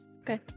Okay